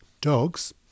dogs